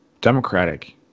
Democratic